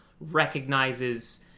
recognizes